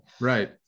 Right